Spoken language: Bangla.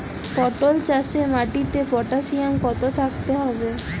পটল চাষে মাটিতে পটাশিয়াম কত থাকতে হবে?